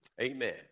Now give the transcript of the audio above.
Amen